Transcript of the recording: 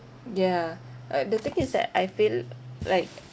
yeah but the thing is that I feel like